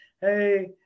hey